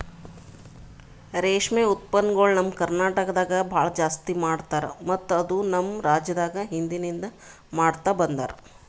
ರೇಷ್ಮೆ ಉತ್ಪನ್ನಗೊಳ್ ನಮ್ ಕರ್ನಟಕದಾಗ್ ಭಾಳ ಜಾಸ್ತಿ ಮಾಡ್ತಾರ ಮತ್ತ ಇದು ನಮ್ ರಾಜ್ಯದಾಗ್ ಹಿಂದಿನಿಂದ ಮಾಡ್ತಾ ಬಂದಾರ್